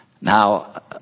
Now